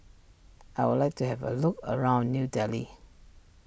I would like to have a look around New Delhi